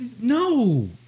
no